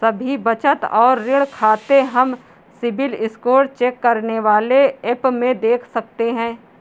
सभी बचत और ऋण खाते हम सिबिल स्कोर चेक करने वाले एप में देख सकते है